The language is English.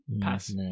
Pass